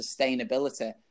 sustainability